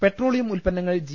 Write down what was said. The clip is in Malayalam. പെട്രോളിയം ഉല്പന്നങ്ങൾ ജി